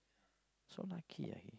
so lucky ah he